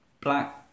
black